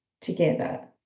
together